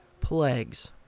Plagues